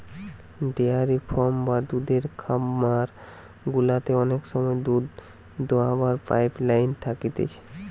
dairy farm বা দুধের খামার গুলাতে অনেক সময় দুধ দোহাবার পাইপ লাইন থাকতিছে